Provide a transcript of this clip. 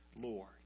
Lord